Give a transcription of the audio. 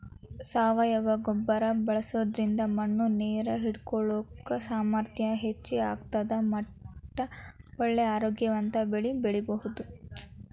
ಸಾವಯವ ಗೊಬ್ಬರ ಬಳ್ಸೋದ್ರಿಂದ ಮಣ್ಣು ನೇರ್ ಹಿಡ್ಕೊಳೋ ಸಾಮರ್ಥ್ಯನು ಹೆಚ್ಚ್ ಆಗ್ತದ ಮಟ್ಟ ಒಳ್ಳೆ ಆರೋಗ್ಯವಂತ ಬೆಳಿ ಬೆಳಿಬಹುದು